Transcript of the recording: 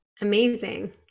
Amazing